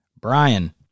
Brian